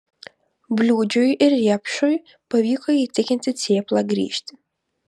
bliūdžiui ir riepšui pavyko įtikinti cėplą grįžti